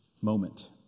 moment